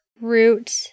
root